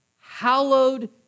Hallowed